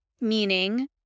meaning